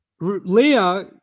Leah